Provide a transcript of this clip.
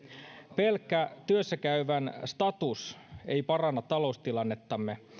pelkkä työssä käyvän status ei paranna taloustilannettamme